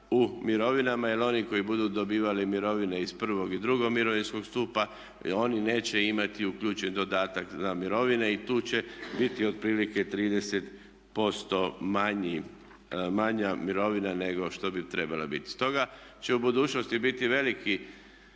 u mirovinama jer oni koji budu dobivali mirovine iz prvog i drugog mirovinskog stupa oni neće imati uključen dodatak na mirovine i tu će biti otprilike 30% manja mirovina nego što bi trebala biti. Stoga će u budućnosti bili veliki